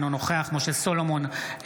אינו נוכח משה סולומון,